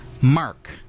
mark